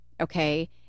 Okay